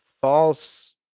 false